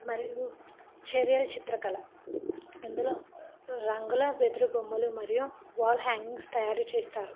మరియు చెర్యల్ చిత్రకళ ఇందులో రంగుల వెదురు బొమ్మలు మరియు వాల్ హ్యాంగింగ్స్ తయారు చేస్తారు